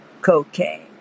Cocaine